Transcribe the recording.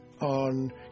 on